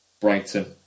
Brighton